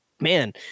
Man